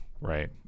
right